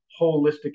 holistic